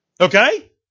Okay